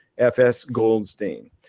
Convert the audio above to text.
FSGoldstein